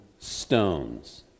stones